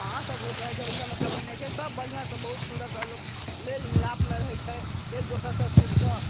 हँ सब होइत रहै छै ओहिसब मे कमी नहि छै सब बढ़िऑं सँ बहुत सुन्दर सँ लोक मेल मिलाप मे रहै छै एकदोसर सँ पूछि कऽ